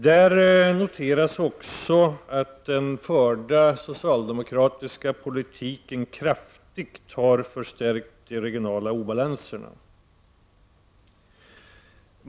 Där noteras också att den förda socialdemokratiska politiken kraftigt har förstärkt de regionala obalanserna.